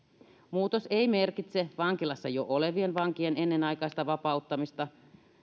muutos ei merkitse vankilassa jo olevien vankien ennenaikaista vapauttamista